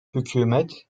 hükümet